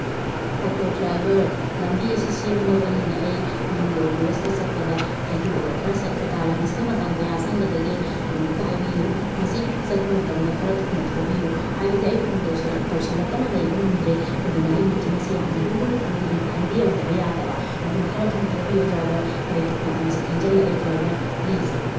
auto driver ꯂꯝꯕꯤ ꯑꯁꯤ ꯁꯦꯝꯂꯕꯅꯤꯅ ꯑꯩ ꯅꯪꯒꯤ ꯑꯣꯇꯣ ꯑꯁꯤꯗ ꯆꯠꯄꯗ ꯊꯩꯗꯣꯛꯑꯒ ꯈꯔ ꯆꯠꯄ ꯇꯥꯔꯦ ꯃꯁꯤꯗ ꯃꯇꯝ ꯀꯌꯥ ꯆꯪꯒꯗꯒꯦ ꯑꯃꯨꯛꯇ ꯍꯥꯏꯕꯤꯌꯨ ꯃꯁꯤ ꯆꯠꯄ ꯃꯇꯝꯗ ꯈꯔ ꯊꯨꯅ ꯊꯧꯕꯤꯌꯨ ꯍꯥꯏꯕꯗꯤ ꯑꯩ ꯐꯣꯟ ꯇꯧꯁꯤꯜꯂꯛꯄꯅ ꯂꯩꯕ ꯉꯝꯗ꯭ꯔꯦ ꯑꯗꯨꯅ ꯑꯩ ꯃꯤꯇꯤꯡ ꯑꯁꯦ ꯌꯥꯝꯅ ꯂꯨꯕ ꯃꯤꯇꯤꯡꯅꯤ ꯏꯟ ꯇꯥꯏꯝꯗ ꯌꯧꯗꯕ ꯌꯥꯗꯕ ꯑꯗꯨꯅ ꯈꯔ ꯊꯨꯅ ꯊꯧꯕꯤꯌꯣ ꯗ꯭ꯔꯥꯏꯚꯔ ꯑꯩ ꯃꯇꯝꯁꯦ ꯊꯦꯡꯖꯤꯜꯂꯛꯑꯦ ꯗ꯭ꯔꯥꯏꯚꯔ ꯄ꯭ꯂꯤꯁ